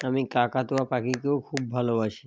আমি কাকাতুয়া পাখিকেও খুব ভালোবাসি